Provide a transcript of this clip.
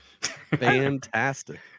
Fantastic